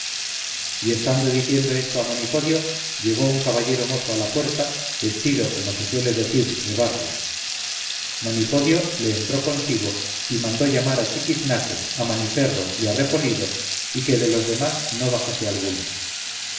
y estando diciendo esto a monipodio llegó un caballero mozo a la puerta vestido como se suele decir de barrio monipodio le entró consigo y mandó llamar a chiquiznaque a maniferro y al repolido y que de los demás no bajase alguno